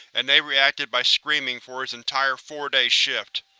and they reacted by screaming for its entire four-day shift.